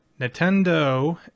Nintendo